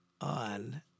on